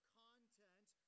content